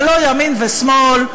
זה לא ימין ושמאל,